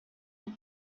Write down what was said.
une